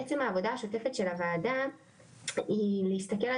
בעצם העבודה השוטפת של הוועדה היא להסתכל על